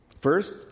First